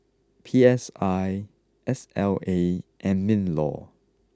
P S I S L A and min law